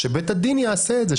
שבית הדין יעשה את זה,